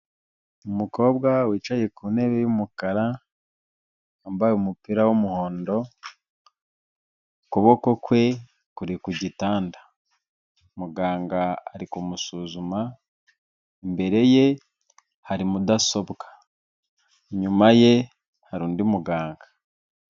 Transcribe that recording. Umukobwa wicaye ku ntebe y'umukara, wambaye umupira w'umuhondo, ukuboko kwe kuri ku gitanda. Muganga ari kumusuzuma, imbere ye hari mudasobwa. Inyuma ye hari undi muganga.